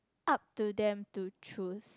up to them to choose